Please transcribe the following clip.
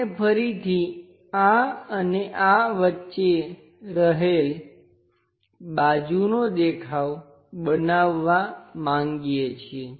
આપણે ફરીથી આ અને આ વચ્ચે રહેલ બાજુનો દેખાવ બનાવવાં માંગીએ છીએ